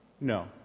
No